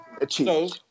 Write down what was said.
achieve